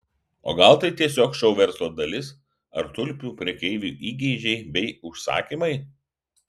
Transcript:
o gal tai tiesiog šou verslo dalis ar tulpių prekeivių įgeidžiai bei užsakymai